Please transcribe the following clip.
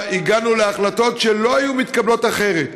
הגענו להחלטות שלא היו מתקבלות אחרת.